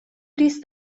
ist